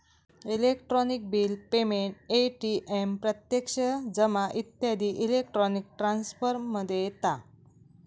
electronic bill payment, ATM प्रत्यक्ष जमा इत्यादी इलेक्ट्रॉनिक ट्रांसफर मध्ये येता